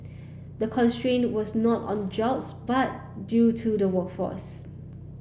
the constraint was not on jobs but due to the workforce